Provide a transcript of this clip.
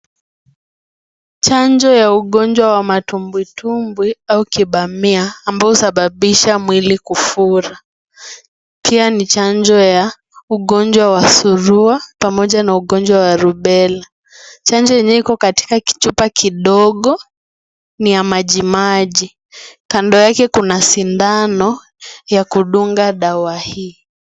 Chanjo ya ugonjwa ya matumbwitumbwi au kibamia ambao husababisha mwili kufura pia ni chanjo ya ugonjwa wa surua pamoja na ugonjwa wa rubela. Chanjo yenyewe iko katika kichupa kidogo niya majimaji kando yake kuna sindano ya kudunga dawa hii.